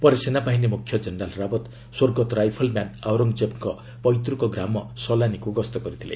ପରେ ସେନାବାହିନୀ ମୁଖ୍ୟ ଜେନେରାଲ୍ ରାଓ୍ ତ୍ ସ୍ୱର୍ଗତ ରାଇଫଲ୍ ମ୍ୟାନ୍ ଆଉରଙ୍ଗ୍ଜେବ୍ଙ୍କ ପୈତୃକ ଗ୍ରାମ ସଲାନୀକୁ ଗସ୍ତ କରିଥିଲେ